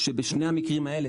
שבשני המקרים האלה,